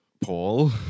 Paul